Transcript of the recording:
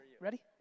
Ready